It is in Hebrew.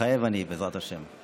מתחייב אני, בעזרת השם.